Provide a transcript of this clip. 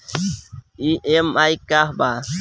Loan EMI का बा?